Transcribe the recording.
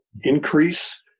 increase